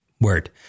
Word